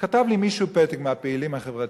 כתב לי מישהו פתק, מהפעילים החברתיים,